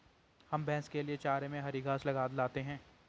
हम भैंस के लिए चारे में हरी घास लाते हैं